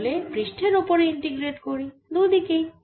তাহলে পৃষ্ঠের ওপরে ইন্টিগ্রেট করি দুদিকেই